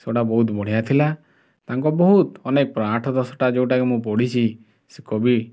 ସେଇଟା ବହୁତ ବଢ଼ିଆ ଥିଲା ତାଙ୍କ ବହୁତ ଅନେକ ପ୍ର ଆଠ ଦଶଟା ମୁଁ ଯେଉଁଟାକି ପଢ଼ିଛି ସେ କବି